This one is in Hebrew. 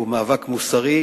והוא מאבק מוסרי,